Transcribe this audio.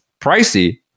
pricey